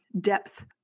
depth